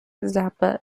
zappa